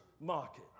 market